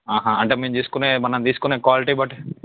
ఆహా అంటే మేముతీసుకునే మనం తీసుకునే క్వాలిటి బట్టి